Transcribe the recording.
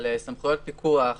אבל סמכויות פיקוח